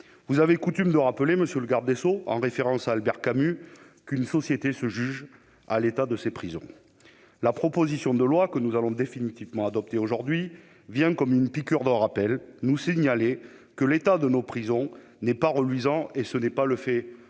Vous avez coutume de rappeler, en référence à Albert Camus, qu'« une société se juge à l'état de ses prisons ». Tout à fait ! La proposition de loi que nous allons définitivement adopter aujourd'hui vient, comme une piqûre de rappel, nous signaler que l'état de nos prisons n'est pas reluisant. Ce n'est ni de votre